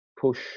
push